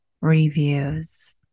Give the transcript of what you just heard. reviews